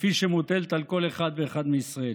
כפי שהיא מוטלת על כל אחד ואחד מישראל.